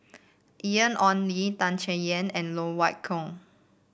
Ian Ong Li Tan Chay Yan and Loke Wan Tho